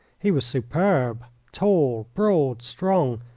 he was superb tall, broad, strong,